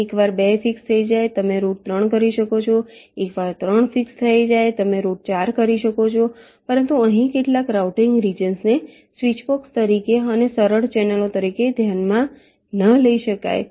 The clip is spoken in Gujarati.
એકવાર 2 ફિક્સ થઈ જાય તમે રૂટ 3 કરી શકો છો એકવાર 3 ફિક્સ થઈ જાય તમે રૂટ 4 કરી શકો છો પરંતુ અહીં કેટલાક રાઉટીંગ રિજન્સને સ્વીચબોક્સ તરીકે અને સરળ ચેનલો તરીકે ધ્યાનમાં ના લઈ શકાય છે